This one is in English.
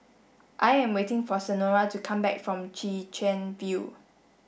I am waiting for Senora to come back from Chwee Chian View